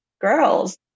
girls